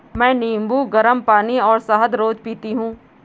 मैं नींबू, गरम पानी और शहद रोज पीती हूँ